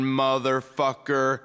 motherfucker